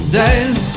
days